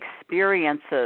experiences